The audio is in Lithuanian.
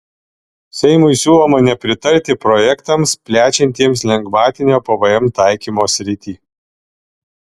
seimui siūloma nepritarti projektams plečiantiems lengvatinio pvm taikymo sritį